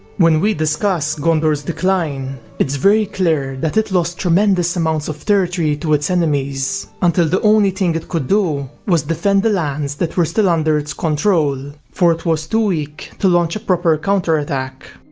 when we discuss gondor's decline, it's very clear that it lost tremendous amounts of territory to its enemies, until the only thing it could do, was defend the lands that were still other and its control for it was too weak to launch a proper counterattack.